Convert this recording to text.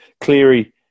Cleary